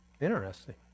Interesting